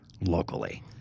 locally